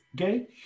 okay